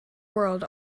world